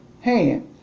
hand